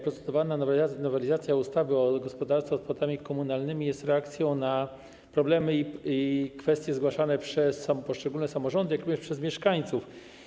Procedowana nowelizacja ustawy o gospodarce odpadami komunalnymi jest reakcją na problemy i kwestie zgłaszane przez poszczególne samorządy, jak również przez mieszkańców.